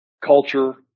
culture